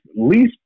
least